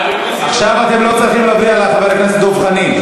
עכשיו אתם לא צריכים להפריע לחבר הכנסת דב חנין,